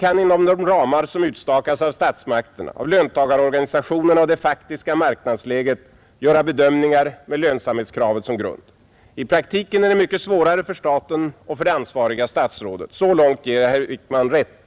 kan inom de ramar som utstakats av statsmakterna, av löntagarorganisationerna och av det faktiska marknadsläget göra bedömningar med lönsamhetskravet som grund. I praktiken är detta mycket svårare för staten och för det ansvariga statsrådet — så långt ger jag herr Wickman rätt.